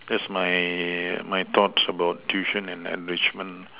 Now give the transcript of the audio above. that's my my thoughts about tuition and enrichment